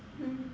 mm